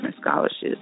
scholarships